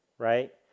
Right